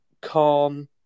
Khan